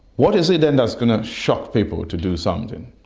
what is it then that's going to shock people to do something?